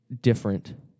different